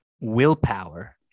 willpower